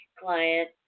client